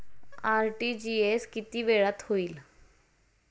RTGS किती वेळात होईल?